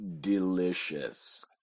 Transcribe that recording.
delicious